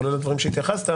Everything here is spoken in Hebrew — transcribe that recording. כולל הדברים שהתייחסת,